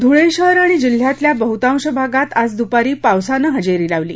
धुळे शहर आणि जिल्ह्यातल्या बहतांश भागात आज द्पारी पावसानं हजेरी लावली